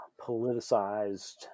politicized